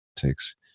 politics